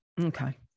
Okay